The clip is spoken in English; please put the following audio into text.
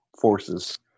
forces